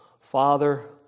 Father